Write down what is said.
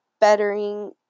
bettering